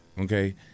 Okay